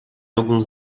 alguns